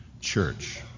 Church